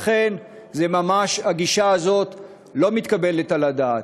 לכן, הגישה הזאת ממש לא מתקבלת על הדעת.